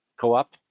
Co-op